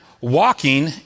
walking